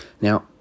now